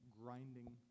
grinding